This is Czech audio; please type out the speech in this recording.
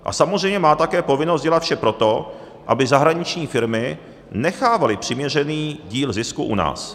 A samozřejmě má také povinnost dělat vše pro to, aby zahraniční firmy nechávaly přiměřený díl zisku u nás.